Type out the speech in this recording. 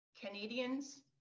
Canadians